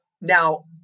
Now